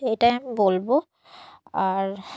এটাই আমি বলবো আর